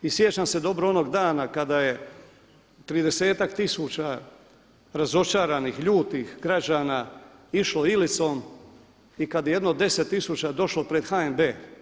I sjećam se dobro onog dana kada je 30-ak tisuća razočaranih, ljutih građana išlo Ilicom i kad je jedno 10 tisuća došlo pred HNB.